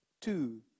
two